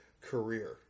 career